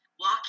walk